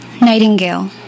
Nightingale